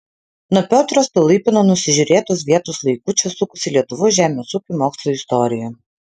nuo piotro stolypino nusižiūrėtos vietos laikų čia sukosi lietuvos žemės ūkio mokslo istorija